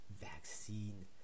vaccine